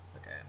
Okay